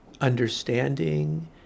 understanding